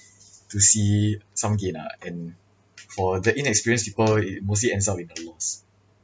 to see some gain ah and for the inexperienced people it mostly ends up in a loss